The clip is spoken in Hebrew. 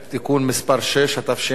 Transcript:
התשע"ב 2012,